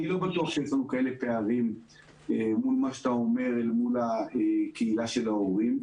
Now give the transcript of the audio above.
אני לא בטוח שיש לנו כאלה פערים אל מול קהילת ההורים.